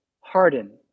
harden